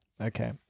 okay